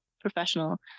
professional